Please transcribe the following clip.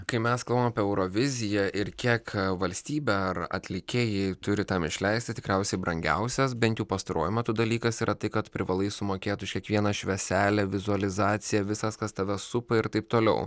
kai mes kalbam apie euroviziją ir kiek valstybė ar atlikėjai turi tam išleisti tikriausiai brangiausias bent jau pastaruoju metu dalykas yra tai kad privalai sumokėt už kiekvieną švieselę vizualizaciją visas kas tave supa ir taip toliau